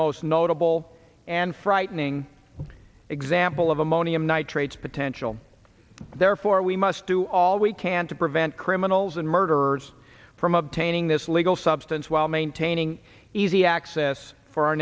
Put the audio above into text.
most notable and frightening example of ammonium nitrate potential therefore we must do all we can to prevent criminals and murderers from obtaining this legal substance while maintaining easy access for our